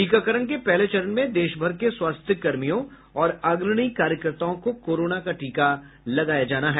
टीकाकरण के पहले चरण में देशभर के स्वास्थ्यकर्मियों और अग्रणी कार्यकर्ताओं को कोरोना का टीका लगाया जाना है